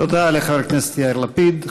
תודה לחבר הכנסת יאיר לפיד.